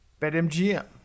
BetMGM